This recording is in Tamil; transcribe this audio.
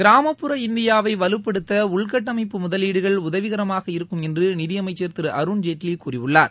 கிராமப்புற இந்தியாவை வலுப்படுத்த உள்கட்டமைப்பு முதலீடுகள் உதவிகரமாக இருக்கும் என்று நிதியமைச்சர் திரு அருண்ஜேட்லி கூறியுள்ளார்